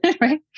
right